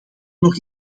nog